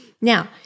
Now